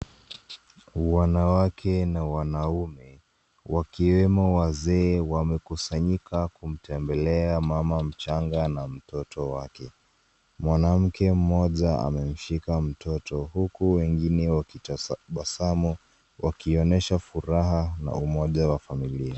Wanawake na wanaume wakiwemo wazee wamekusanyika kumtembelea mama mchanga na mtoto wake. Mwanamke mmoja amemshika mtoto huku armgine wakitabasamu wakionyesha furaha na umoja wa familia.